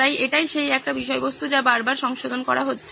তাই এটাই সেই একই বিষয়বস্তু যা বারবার সংশোধন করা হচ্ছে